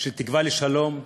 של תקווה לשלום,